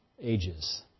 ages